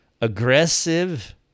aggressive